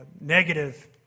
negative